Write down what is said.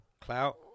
Clout